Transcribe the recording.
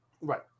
Right